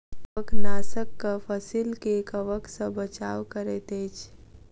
कवकनाशक फसील के कवक सॅ बचाव करैत अछि